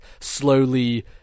slowly